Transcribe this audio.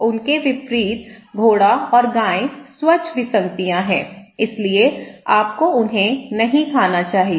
उनके विपरीत घोड़ा और गाय स्वच्छ विसंगतियां हैं इसलिए आपको उन्हें नहीं खाना चाहिए